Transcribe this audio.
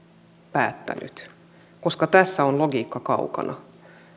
päättänyt koska tässä on logiikka kaukana